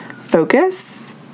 focus